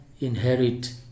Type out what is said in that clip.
inherit